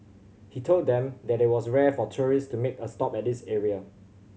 he told them that it was rare for tourist to make a stop at this area